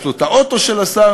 יש לו אוטו של שר,